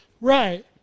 Right